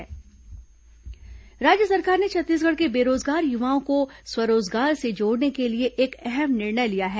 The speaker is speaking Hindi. ई श्रेणी पंजीयन राज्य सरकार ने छत्तीसगढ़ के बेरोजगार युवाओं को स्व रोजगार से जोड़ने के लिए एक अहम निर्णय लिया है